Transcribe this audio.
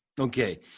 okay